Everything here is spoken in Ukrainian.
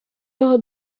його